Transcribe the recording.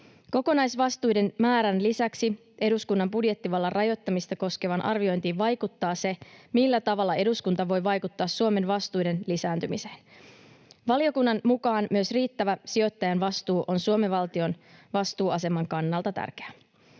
Kokonaisvastuiden määrän lisäksi eduskunnan budjettivallan rajoittamista koskevaan arviointiin vaikuttaa se, millä tavalla eduskunta voi vaikuttaa Suomen vastuiden lisääntymiseen. Valiokunnan mukaan myös riittävä sijoittajan vastuu on Suomen valtion vastuuaseman kannalta tärkeää.